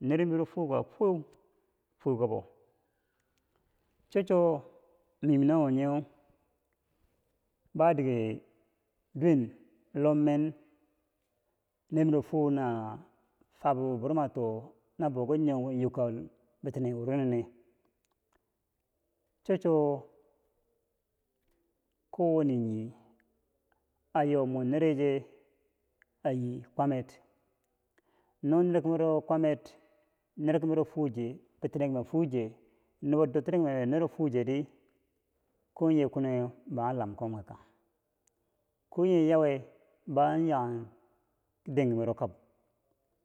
nermiro fuwo kako fuweu fuwo kako kwaama ki mara bo biro neken bilinkare bibo che nineri ba a flbe kakko cho chwo mi yim nawo nyeu ba dike duwen lommen nermiro fuwo na fabubo buro mato na bouki nyo yokka bitine wuro nine. nawaka nerimiro fwikako fulje bitinekime ful nubo dutinii nere chocho kowanne nii ayo mor nere che ayi kwamer no nerkimero kwamer nerkimero fuwoje bitine kime fuwoje nubo duttini kime nero fuwo che ri ko nye kimeu bo an lamkom ki kang, koye yauwe bo an yang ki den kimero kab.